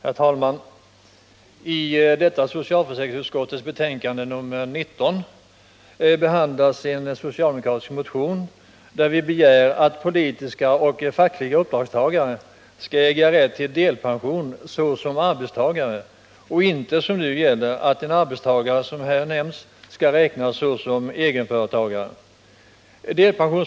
Herr talman! I socialförsäkringsutskottets betänkande 19 behandlas en socialdemokratisk motion, där vi begär att politiska och fackliga uppdragstagare skall äga rätt till delpension såsom arbetstagare, och inte, som nu gäller, att en uppdragstagare skall räknas som egenföretagare.